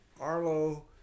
Arlo